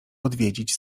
odwiedzić